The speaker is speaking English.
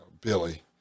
billy